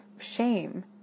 shame